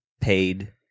paid